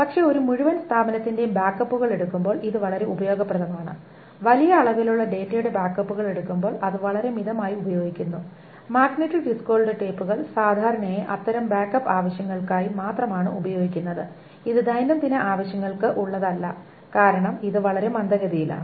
പക്ഷേ ഒരു മുഴുവൻ സ്ഥാപനത്തിന്റെയും ബാക്കപ്പുകൾ എടുക്കുമ്പോൾ ഇത് വളരെ ഉപയോഗപ്രദമാണ് വലിയ അളവിലുള്ള ഡാറ്റയുടെ ബാക്കപ്പുകൾ എടുക്കുമ്പോൾ അത് വളരെ മിതമായി ഉപയോഗിക്കുന്നു മാഗ്നറ്റിക് ഡിസ്കുകളുടെ ടേപ്പുകൾ സാധാരണയായി അത്തരം ബാക്കപ്പ് ആവശ്യങ്ങൾക്കായി മാത്രമാണ് ഉപയോഗിക്കുന്നത് ഇത് ദൈനംദിന ആക്സസുകൾക്കായി ഉള്ളതല്ല അല്ല കാരണം ഇത് വളരെ മന്ദഗതിയിലാണ്